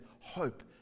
hope